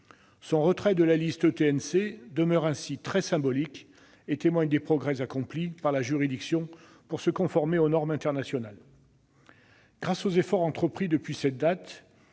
Son retrait de la liste des ETNC demeure ainsi très symbolique et témoigne des progrès accomplis par la juridiction pour se conformer aux normes internationales. Grâce aux efforts entrepris depuis cette date